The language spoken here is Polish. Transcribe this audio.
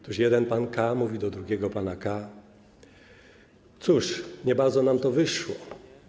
Otóż jeden pan K. mówi do drugiego pana K.: cóż, nie bardzo nam to wyszło.